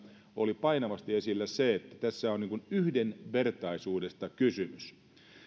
oli painavasti esillä se että tässä on yhdenvertaisuudesta kysymys